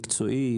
מקצועי,